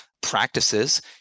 practices